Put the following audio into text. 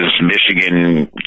Michigan